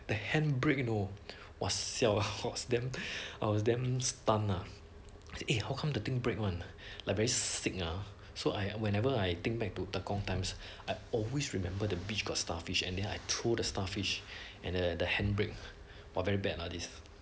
the hand break you know !wah! siao I was damn I was damn stunned lah eh how come the thing break one like very sick ah so I whenever I think back to tekong times I always remember the beach got starfish and then throw the starfish and the hand break !wah! very bad lah this